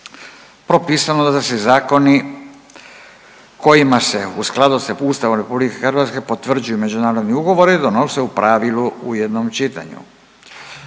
propisano da se zakoni kojima se u skladu s Ustavom RH potvrđuju međunarodni ugovori donose u pravilu u jednom čitanju.